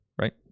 right